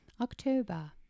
October